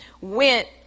went